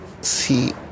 see